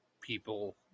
People